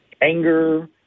anger